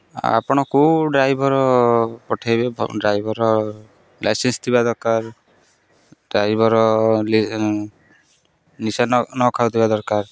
ଆପଣ କେଉଁ ଡ୍ରାଇଭର୍ ପଠାଇବେ ଡ୍ରାଇଭର୍ ଲାଇସେନ୍ସ ଥିବା ଦରକାର ଡ୍ରାଇଭର୍ ନିଶା ନ ନ ଖାଉଥିବା ଦରକାର